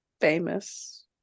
famous